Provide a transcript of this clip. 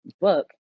book